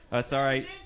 Sorry